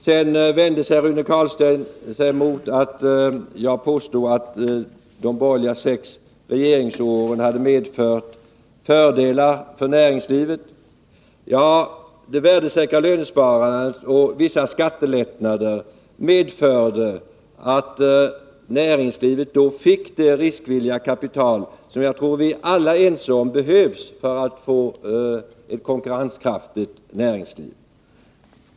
Så vände sig Rune Carlstein mot att jag påstod att de sex borgerliga regeringsåren hade medfört fördelar för näringslivet. Det värdesäkra lönsparandet och vissa skattelättnader medförde ju att näringslivet då fick det riskvilliga kapital som — det tror jag vi alla är ense om — behövs för att få ett konkurrenskraftigt näringsliv.